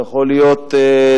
זה יכול להיות לבית"ר,